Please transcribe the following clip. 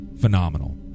phenomenal